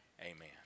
amen